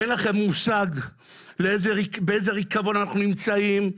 אין לכם מושג באיזה ריקבון אנחנו נמצאים.